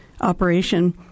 operation